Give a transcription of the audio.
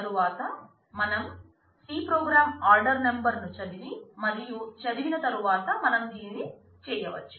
తరువాత మన C program order number ను చదివి మరియు చదివిన తరువాత మనం దీనిని చెయ్యవచ్చు